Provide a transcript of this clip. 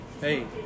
Hey